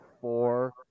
four